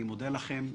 אני מודה לכם.